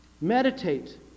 Meditate